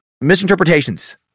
misinterpretations